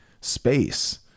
space